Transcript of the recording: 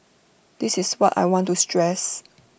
this is what I want to stress